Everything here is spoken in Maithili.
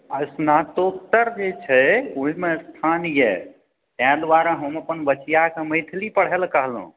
स्नातोत्तर जे छै ओहिमे स्थान यऽ ताहि दुआरे हम अपन बचिआके मैथिली पढ़ै लऽ कहलहुँ